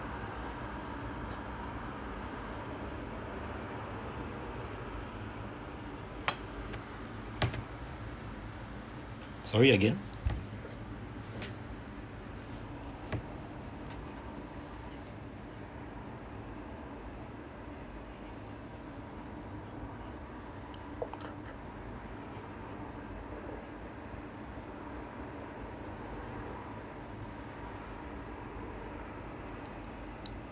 sorry again